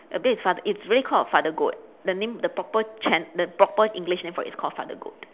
a beard it's fa~ it's really called a father goat the name the proper chan~ the proper english name for it is called father goat